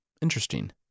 interesting